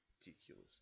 ridiculous